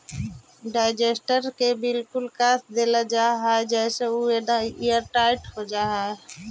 digester के बिल्कुल कस देल जा हई जेसे उ एयरटाइट हो जा हई